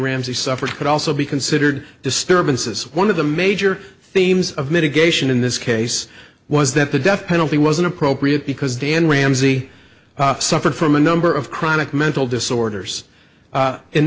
ramsey suffered could also be considered disturbances one of the major themes of mitigation in this case was that the death penalty was inappropriate because dan ramsey suffered from a number of chronic mental disorders